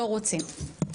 לא רוצים,